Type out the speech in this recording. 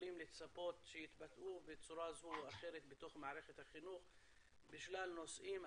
יכולים לצפות שיתבטאו בצורה זו או אחרת במערכת החינוך בשלל נושאים,